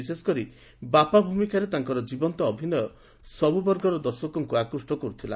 ବିଶେଷକରି ବାପା ଭୂମିକାରେ ତାଙ୍କର ଜୀବନ୍ତ ଅଭିନୟ ସବୁ ବର୍ଗର ଦର୍ଶକଙ୍କୁ ଆକୁଷ୍ କରୁଥିଲା